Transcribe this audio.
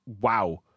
Wow